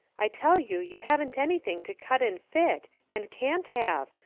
i tell you you haven't anything to cut and fit, and can't have.